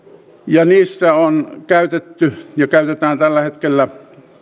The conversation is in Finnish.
ja niissä on käytetty ja käytetään tällä hetkellä